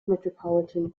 metropolitan